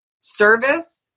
Service